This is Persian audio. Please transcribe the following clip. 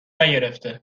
نگرفته